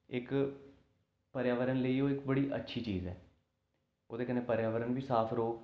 इक्क पर्यावरण लेई ओह् इक्क बड़ी अच्छी चीज ऐ ओह्दे कन्नै पर्यावरण बी साफ रौह्ग